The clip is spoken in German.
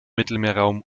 mittelmeerraum